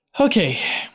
Okay